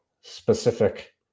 Specific